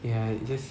ya it just